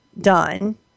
done